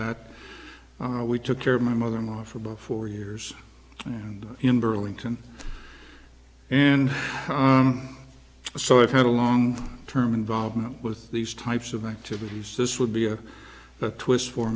that we took care of my mother in law for about four years and in burlington and so i've had a long term involvement with these types of activities this would be a twist for